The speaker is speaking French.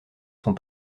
sont